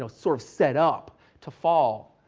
so sort of set up to fall.